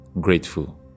grateful